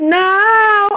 now